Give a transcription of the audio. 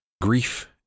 grief